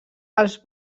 els